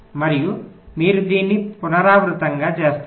మరియు మీరు దీన్ని పునరావృతంగా చేస్తారు